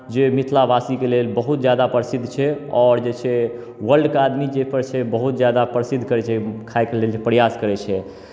जे मिथिलावासीके लेल बहुत ज्यादा प्रसिद्ध छै आओर जे छै वर्ल्डके आदमी जाहिपर छै बहुत ज्यादा प्रसिद्ध करै छै खायके लेल जे प्रयास करै छै